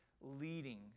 leading